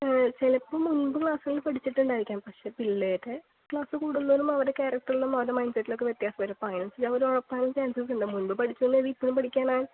ചിലപ്പോൾ മുൻപ് ക്ലാസ്സുകളിൽ പഠിച്ചിട്ടുണ്ടായിരിക്കാം പക്ഷേ പിള്ളേർ ക്ലാസ് കൂടും തോറും അവരുടെ കാരക്ടറിലും അവരുടെ മൈൻഡ്സെറ്റിലുമൊക്കെ വ്യത്യാസം വരും അപ്പോൾ അതിനനുസരിച്ചു അവർ ഉഴപ്പാനും ചാൻസസ് ഉണ്ട് മുൻപ് പഠിച്ചെന്നുകരുതി ഇപ്പോഴും പഠിക്കാനാ